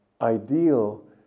ideal